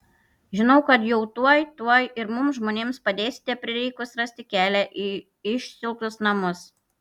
žinau kad jau tuoj tuoj ir mums žmonėms padėsite prireikus rasti kelią į išsiilgtus namus